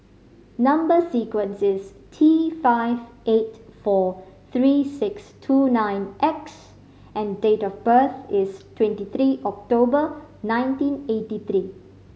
number sequence is T five eight four three six two nine X and date of birth is twenty three October nineteen eighty three